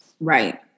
Right